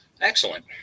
Excellent